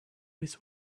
with